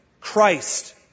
Christ